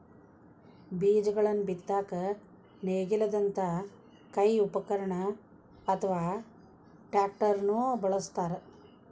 ಬೇಜಗಳನ್ನ ಬಿತ್ತಾಕ ನೇಗಿಲದಂತ ಕೈ ಉಪಕರಣ ಅತ್ವಾ ಟ್ರ್ಯಾಕ್ಟರ್ ನು ಬಳಸ್ತಾರ